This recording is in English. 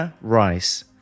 Rice